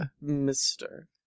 Mister